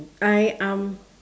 I um